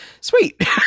sweet